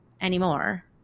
anymore